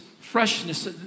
freshness